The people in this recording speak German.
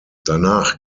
danach